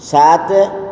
ସାତ